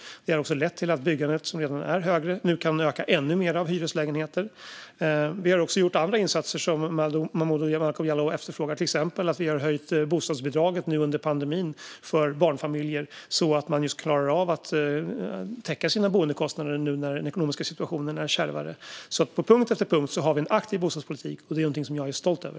Det har också lett till att byggandet av hyreslägenheter, som är redan har ökat, nu kan öka ännu mer. Vi har också gjort andra insatser som Momodou Malcolm Jallow efterfrågar. Vi har till exempel höjt bostadsbidraget för barnfamiljer nu under pandemin, så att man klarar av att täcka sina boendekostnader när den ekonomiska situationen är kärvare. På punkt efter punkt har vi alltså en aktiv bostadspolitik. Det är jag stolt över.